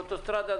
באוטוסטרדה,